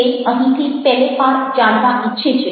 તે અહીંથી પેલે પાર ચાલવા ઈચ્છે છે